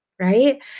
right